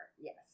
Yes